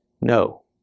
No